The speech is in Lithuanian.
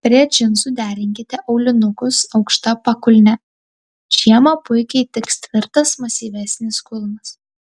prie džinsų derinkite aulinukus aukšta pakulne žiemą puikiai tiks tvirtas masyvesnis kulnas